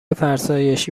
فرسایشی